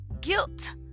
guilt